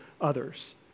others